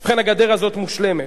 ובכן, הגדר הזאת מושלמת.